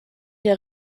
der